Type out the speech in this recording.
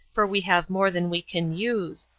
for we have more than we can use.